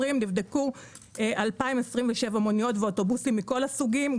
נבדקו 2,027 מוניות ואוטובוסים מכל הסוגים,